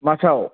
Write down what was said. माचआव